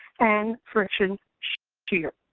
and friction shear.